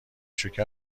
شکر